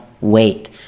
wait